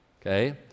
okay